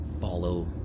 follow